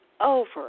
over